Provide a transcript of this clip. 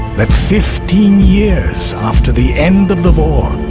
that fifteen years after the end of the war,